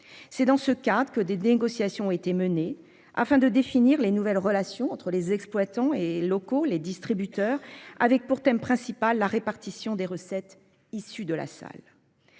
C'est dans ce cadre que des négociations ont été menées afin de définir les nouvelles relations entre les exploitants et locaux les distributeurs avec pour thème principal, la répartition des recettes issues de la salle.